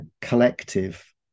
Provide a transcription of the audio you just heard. collective